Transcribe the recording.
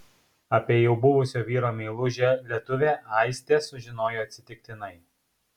apie jau buvusio vyro meilužę lietuvę aistė sužinojo atsitiktinai